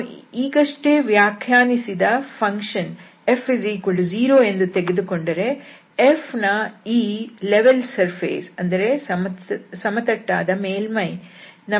ನಾವು ಈಗಷ್ಟೇ ವ್ಯಾಖ್ಯಾನಿಸಿದ ಫಂಕ್ಷನ್ f0 ಎಂದು ತೆಗೆದುಕೊಂಡರೆ f ನ ಈ ಸಮತಟ್ಟಾದ ಮೇಲ್ಮೈಯೇ ನಮಗೆ ಕೊಟ್ಟಿರುವ ಮೇಲ್ಮೈ ಆಗಿದೆ